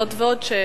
זאת ועוד,